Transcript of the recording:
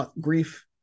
Grief